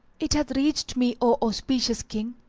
it hath reached me, o auspicious king,